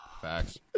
Facts